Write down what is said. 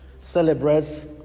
celebrates